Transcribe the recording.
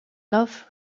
love